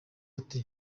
ati